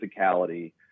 physicality